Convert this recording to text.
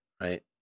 right